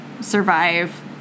survive